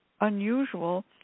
unusual